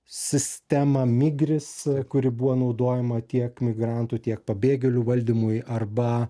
sistemą migris kuri buvo naudojama tiek migrantų tiek pabėgėlių valdymui arba